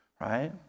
right